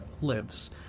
lives